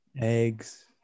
eggs